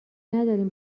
ندارین